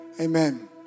amen